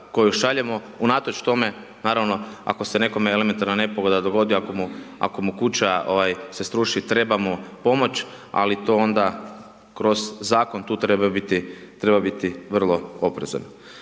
koju šaljemo unatoč tome, naravno, ako se nekome elementarna nepogoda dogodi, ako mu kuća se sruši, treba mu pomoć, ali to onda kroz Zakon tu treba biti vrlo oprezan.